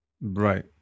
right